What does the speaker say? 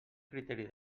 criteri